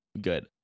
good